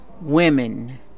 women